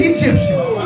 Egyptians